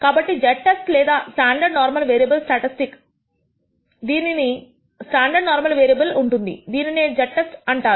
కాబట్టి z test లేదా standard normal variable statistic దీనికి స్టాండర్డ్ నార్మల్ వేరియబుల్ ఉంటుంది దీనినే z టెస్ట్ అంటారు